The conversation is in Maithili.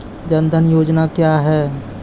जन धन योजना क्या है?